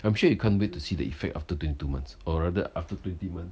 I'm sure you can't wait to see the effect after twenty two months or rather after twenty months